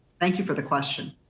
thank you for the question.